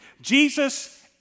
Jesus